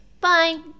Bye